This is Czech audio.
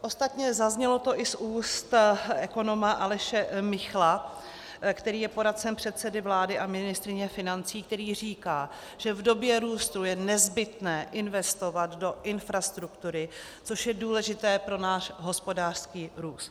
Ostatně zaznělo to i z úst ekonoma Aleše Michla, který je poradcem předsedy vlády a ministryně financí, který říká, že v době růstu je nezbytné investovat do infrastruktury, což je důležité pro náš hospodářský růst.